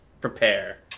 Prepare